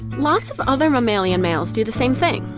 lots of other mammalian males do the same thing,